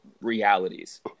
realities